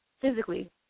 physically